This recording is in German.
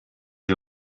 ihr